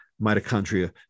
mitochondria